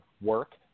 work